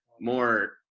more